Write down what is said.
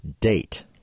date